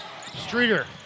Streeter